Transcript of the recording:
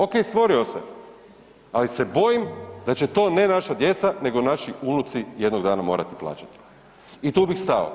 Ok, stvorio se, ali se bojim da će to ne naša djeca nego naši unuci jednog dana morati plaćati i tu bih stao.